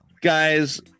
Guys